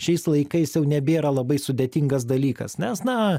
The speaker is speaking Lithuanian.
šiais laikais jau nebėra labai sudėtingas dalykas nes na